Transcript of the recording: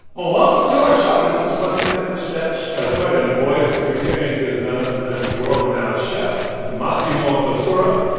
ah welcome to our show. this is what's good with stretch. that's right. and the voice you're hearing is none other than world-renowned chef massimo bottura.